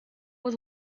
was